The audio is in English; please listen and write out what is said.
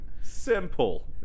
Simple